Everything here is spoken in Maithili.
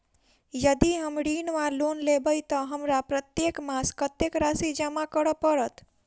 यदि हम ऋण वा लोन लेबै तऽ हमरा प्रत्येक मास कत्तेक राशि जमा करऽ पड़त?